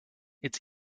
its